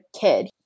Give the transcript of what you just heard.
kid